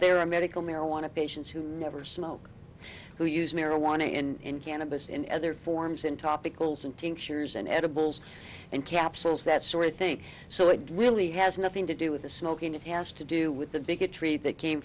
there are medical marijuana patients who never smoke who use marijuana and cannabis in other forms in topical sin tinctures and edibles and capsules that sort of thing so it really has nothing to do with the smoking it has to do with the bigotry that came